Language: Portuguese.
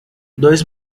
dois